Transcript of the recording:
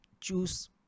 choose